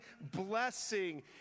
blessing